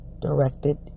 directed